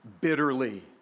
bitterly